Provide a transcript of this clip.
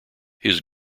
his